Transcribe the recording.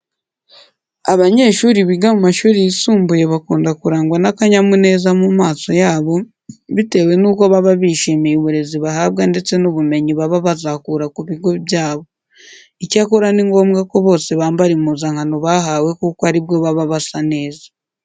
Abanyeshuri biga mu mashuri yisumbuye bakunda kurangwa n'akanyamuneza mu maso yabo bitewe nuko baba bishimiye uburezi bahabwa ndetse n'ubumenyi baba bazakura ku bigo byabo. Icyakora ni ngombwa ko bose bambara impuzankano bahawe kuko ari bwo baba basa neza.